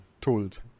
told